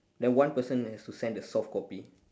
then one person has to send the soft copy